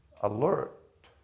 alert